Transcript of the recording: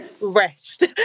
rest